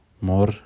more